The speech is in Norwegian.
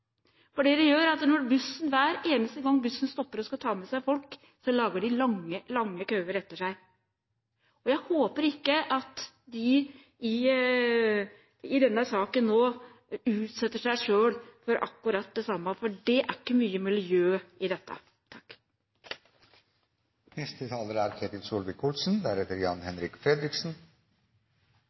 for det dette gjør, er at hver eneste gang bussen stopper og skal ta med seg folk, lager den lange, lange køer etter seg. Jeg håper ikke at man i denne saken utsetter seg selv for akkurat det samme, for det er ikke mye miljø i dette.